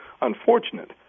unfortunate